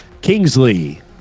kingsley